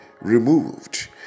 removed